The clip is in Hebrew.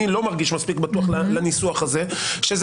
אני לא מרגיש מספיק בטוח בניסוח הזה שזה